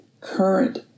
current